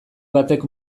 batek